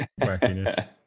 wackiness